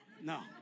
No